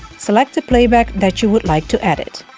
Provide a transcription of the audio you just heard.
select the playback that you would like to edit